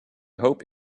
hope